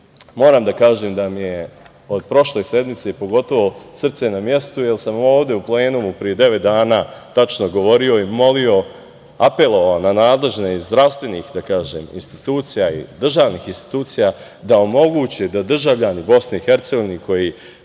moram da kažem da mi je od pošle sednice, pogotovo, srce na mestu, jer sam ovde u plenumu, pre devet dana tačno govorio i molio, apelovao na nadležne iz zdravstvenih, da kažem, institucija i državnih institucija, da omoguće da državljani Bosne i